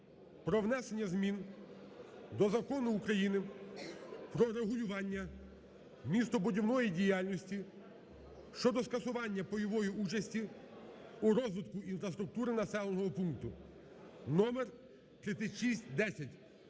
про внесення змін до Закону України "Про регулювання містобудівної діяльності" (щодо скасування пайової участі у розвитку інфраструктури населеного пункту) (номер 3610).